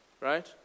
Right